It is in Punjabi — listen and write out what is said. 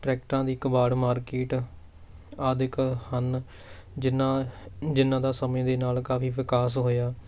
ਟਰੈਕਟਰਾਂ ਦੀ ਕਬਾੜ ਮਾਰਕੀਟ ਆਦਿਕ ਹਨ ਜਿਨ੍ਹਾਂ ਜਿਨ੍ਹਾਂ ਦਾ ਸਮੇਂ ਦੇ ਨਾਲ ਕਾਫ਼ੀ ਵਿਕਾਸ ਹੋਇਆ